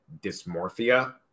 dysmorphia